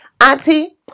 Auntie